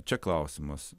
čia klausimas